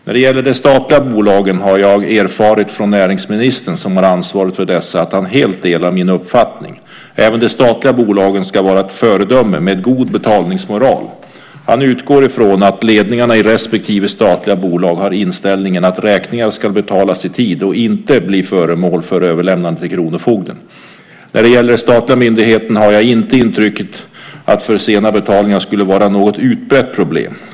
När det gäller de statliga bolagen har jag erfarit från näringsministern, som har ansvaret för dessa, att han helt delar min uppfattning. Även de statliga bolagen ska vara ett föredöme med god betalningsmoral. Han utgår från att ledningarna i respektive statliga bolag har inställningen att räkningar ska betalas i tid och inte bli föremål för överlämnande till kronofogden. När det gäller de statliga myndigheterna har jag inte intrycket att för sena betalningar skulle vara något utbrett problem.